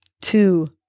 two